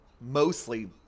mostly